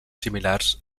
similars